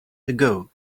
ago